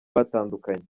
batandukanye